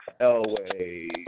Elway